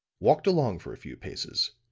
walked along for a few paces,